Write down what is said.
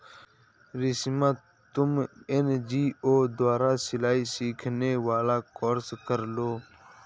रश्मि तुम एन.जी.ओ द्वारा सिलाई सिखाने वाला कोर्स कर लो